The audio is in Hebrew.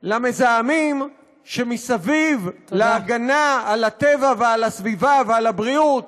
למזהמים שמסביב להגנה על הטבע והסביבה ועל הבריאות